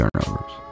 turnovers